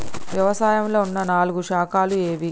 వ్యవసాయంలో ఉన్న నాలుగు శాఖలు ఏవి?